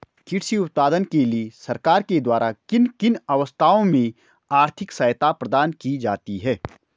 कृषि उत्पादन के लिए सरकार के द्वारा किन किन अवस्थाओं में आर्थिक सहायता प्रदान की जाती है?